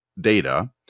data